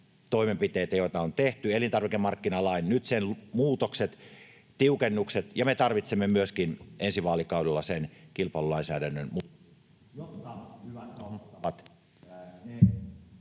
toimenpiteitä, joita on tehty — elintarvikemarkkinalain muutokset, tiukennukset, ja me tarvitsemme myöskin ensi vaalikaudella sen kilpailulainsäädännön...